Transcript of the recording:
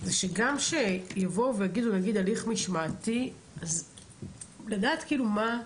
זה שגם כשיגידו: הליך משמעתי, לדעת מה,